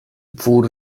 wór